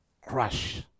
crush